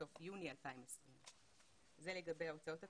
סוף יוני 2020. זה לגבי ההוצאות הכוללות.